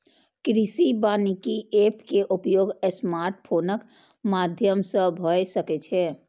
कृषि वानिकी एप के उपयोग स्मार्टफोनक माध्यम सं भए सकै छै